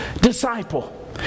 disciple